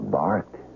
barked